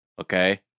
okay